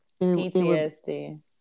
PTSD